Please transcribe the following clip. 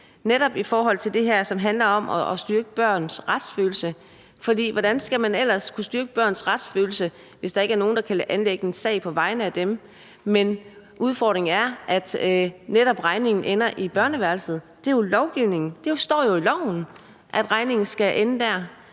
her i salen om det her, som netop handler om at styrke børns retsfølelse. For hvordan skal man ellers kunne styrke børns retsfølelse, hvis der ikke er nogen, der kan anlægge en sag på vegne af dem? Men udfordringen er netop, at regningen ender i børneværelset, og at det er i lovgivningen. Det står jo i loven, at regningen skal ende der.